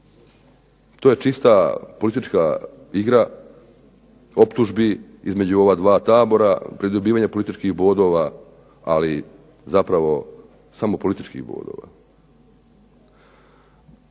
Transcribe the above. To je čista politička igra optužbi između ova 2 tabora pri dobivanju političkih bodova, ali zapravo samo političkih bodova.